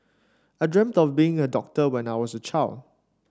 I dreamt of being a doctor when I was a child